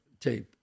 tape